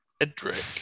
Edric